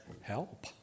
help